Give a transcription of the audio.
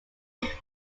was